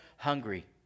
hungry